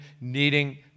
needing